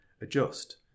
adjust